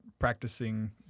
practicing